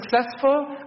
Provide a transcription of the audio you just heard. successful